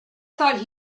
thought